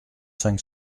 cinq